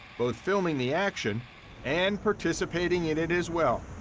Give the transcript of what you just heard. both filming the action and participating in it as well,